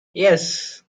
yes